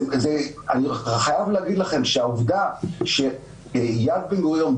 אני חייב להגיד לכם שהעובדה שיד בן-גוריון,